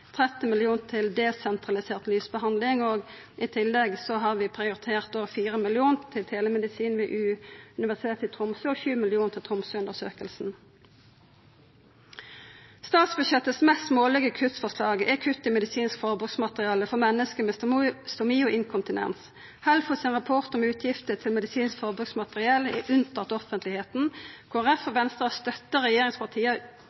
30 mill. kr til desentralisert lysbehandling. I tillegg har vi prioritert 4 mill. kr til telemedisin ved Universitetet i Tromsø og 7 mill. kr til Tromsøundersøkelsen. Det mest smålege kuttforslaget i statsbudsjettet er kutt i medisinsk forbruksmateriell for menneske med stomi og inkontinens. HELFOs rapport om utgiftene til medisinsk forbruksmateriell er unntatt offentlegheita. Kristeleg Folkeparti og